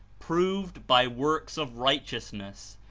proved by works of righteousness,